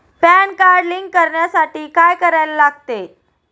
Pan card link करण्यासाठी काय करायला लागते?